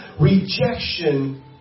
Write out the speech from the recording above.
rejection